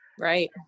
Right